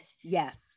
Yes